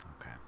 okay